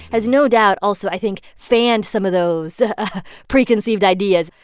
has no doubt, also, i think, fanned some of those ah ah preconceived ideas.